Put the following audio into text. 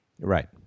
Right